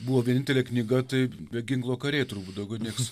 buvo vienintelė knyga tai be ginklo kariai turbūt daugiau nieks